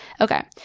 Okay